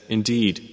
Indeed